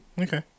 okay